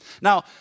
Now